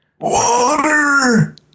Water